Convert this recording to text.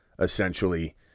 Essentially